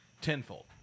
Tenfold